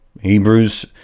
Hebrews